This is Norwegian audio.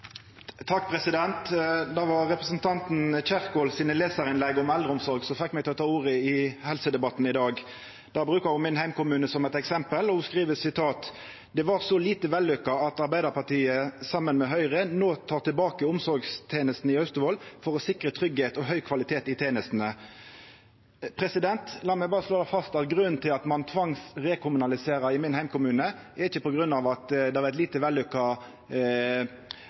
var lesarinnlegga frå representanten Kjerkol om eldreomsorg som fekk meg til å ta ordet i helsedebatten i dag. Der brukte ho heimkommunen min som eit eksempel, og ho skreiv: «Det var så lite vellykket at Ap, sammen med Høyre, nå tar tilbake omsorgstjenestene i Austevoll for å sikre trygghet og høy kvalitet i tjenestene.» La meg berre slå fast at grunnen til at ein rekommunaliserte i heimkommunen min, ikkje er at det har vore gjeve eit lite vellukka